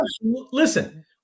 Listen